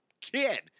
kid